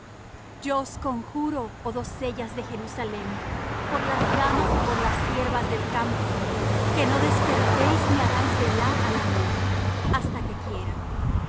os conjuro oh doncellas de jerusalem por las gamas y por las ciervas del campo que no despertéis ni hagáis velar al amor hasta que quiera